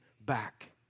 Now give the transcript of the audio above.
back